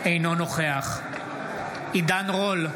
אינו נוכח עידן רול,